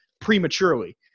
prematurely